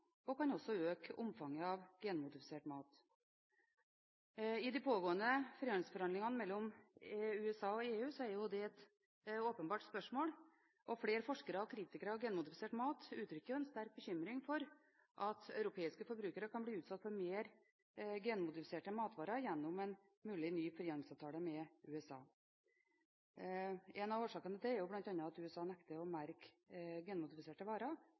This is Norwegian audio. og det kan også øke omfanget av genmodifisert mat. I de pågående frihandelsforhandlingene mellom USA og EU er det et åpenbart spørsmål. Flere forskere og kritikere av genmodifisert mat uttrykker en sterk bekymring for at europeiske forbrukere kan bli utsatt for flere genmodifiserte matvarer gjennom en mulig ny frihandelsavtale med USA. En av årsakene til det er bl.a. at USA nekter å merke genmodifiserte varer